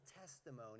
testimony